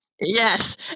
yes